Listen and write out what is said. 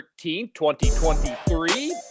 2023